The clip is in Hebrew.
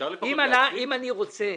אם אני רוצה,